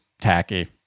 tacky